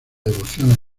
devoción